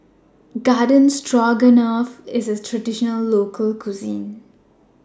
Garden Stroganoff IS A Traditional Local Cuisine